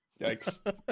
Yikes